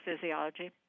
physiology